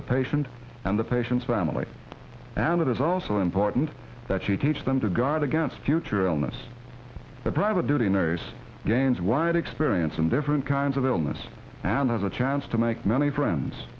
the patient and the patient's family and it is also important that you teach them to guard against future illness the private duty nurse gains wide experience and different kinds of illness and have a chance to make many friends